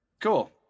cool